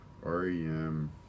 REM